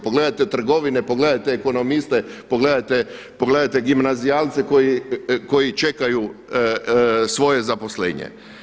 Pogledajte trgovine, pogledajte ekonomiste, pogledajte gimnazijalce koji čekaju svoje zaposlenje.